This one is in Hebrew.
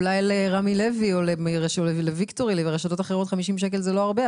אולי לרמי לוי או לוויקטורי ולרשתות אחרות 50 שקל זה לא הרבה,